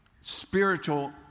spiritual